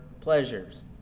pleasures